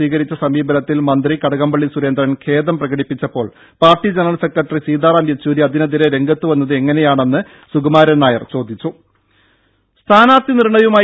സ്വീകരിച്ച സമീപനത്തിൽ മന്ത്രി കടകംപള്ളി സുരേന്ദ്രൻ ഖേദം പ്രകടിപ്പിച്ചപ്പോൾ party general secretary Sitaram Yechury അതിനെതിരെ രംഗത്തു വന്നത് എങ്ങനെയാണെന്ന് സുകുമാരൻ നായർ ചോദിച്ചു